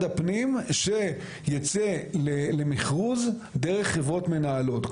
הפנים שייצא למכרוז דרך חברות מנהלות.